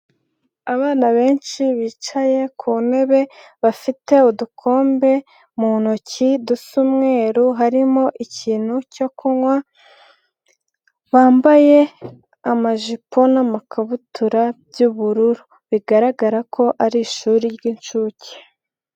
Abana benshi bicaye ku ntebe bafite udukombe mu ntoki dusa umweru harimo ikintu cyo kunywa, bambaye amajipo n'amakabutura by'ubururu, bigaragara ko ari ishuri ry'inshuke.